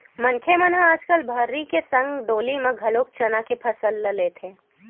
मनखे मन ह आजकल भर्री के संग डोली म घलोक चना के फसल ल लेथे